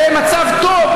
זה מצב טוב,